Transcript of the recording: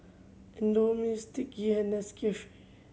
Indomie Sticky and Nescafe